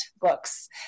books